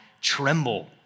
tremble